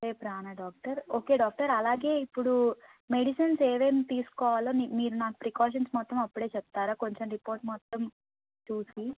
రేపు రానా doctor okay doctor అలాగే ఇప్పుడు మెడిసన్స్ ఏమేమి తీసుకోవాలో మీ మీరు నాకు ప్రికాషన్స్ మొత్తం అప్పుడు చెప్తారా కొంచెం రిపోర్ట్ మొత్తం చూసి